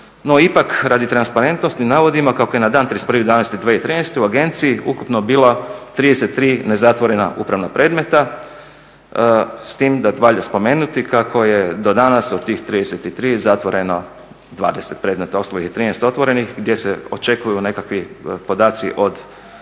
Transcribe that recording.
ipak radi transparentnosti navodimo kako je na dan 31.11.2013. u agenciji ukupno bilo 33 nezatvorena upravna predmeta, s tim da valja spomenuti kako je do danas od tih 33 zatvoreno 20 predmeta. Ostalo ih je 13 otvorenih gdje se očekuju nekakvi podaci od stranaka